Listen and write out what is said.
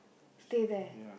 stay there